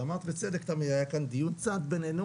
אמרת בצדק שהיה כאן דיון בינינו